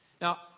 Now